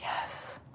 Yes